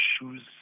shoes